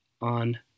on